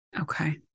Okay